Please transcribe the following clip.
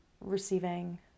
receiving